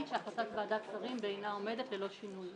שהחלטת ועדת השרים בעינה עומדת ללא שינוי.